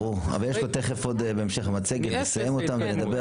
ברור, אבל תכף הוא יסיים את המצגת ונדבר.